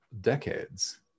decades